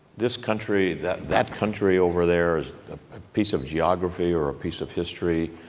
this country, that that country over there is a piece of geography or a piece of history.